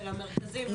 של המרכזים.